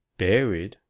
buried?